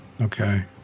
Okay